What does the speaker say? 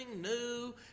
new